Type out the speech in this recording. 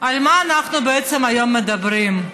על מה אנחנו בעצם היום מדברים?